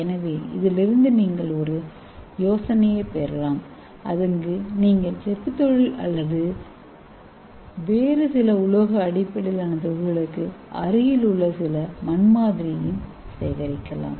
எனவே இதிலிருந்து நீங்கள் ஒரு யோசனையைப் பெறலாம் அங்கு நீங்கள் செப்புத்தொழில் அல்லது வேறு சில உலோக அடிப்படையிலான தொழில்களுக்கு அருகில் சில மண்மாதிரியையும் சேகரிக்கலாம்